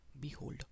behold